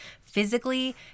physically